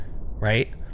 right